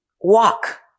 walk